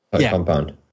compound